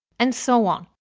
and so on.